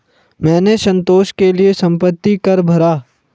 मैंने संतोष के लिए संपत्ति कर भरा